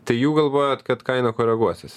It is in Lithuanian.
tai jų galvojat kad kaina koreguosis